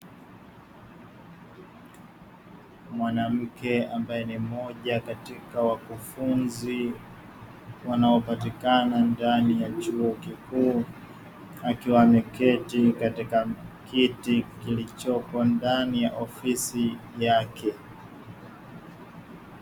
Mwanamke ambaye ni mmoja katika wakufunzi, wanaopatikana ndani ya Chuo Kikuu huku akiwa ameketi katika kiti kilichopo ndani ya ofisi yake.